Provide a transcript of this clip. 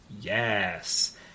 Yes